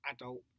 adult